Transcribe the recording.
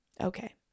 Okay